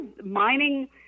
mining